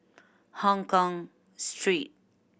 Hongkong Street